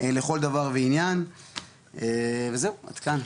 לכל דבר ועניין וזהו, עד כאן.